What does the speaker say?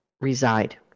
reside